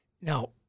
now